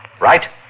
Right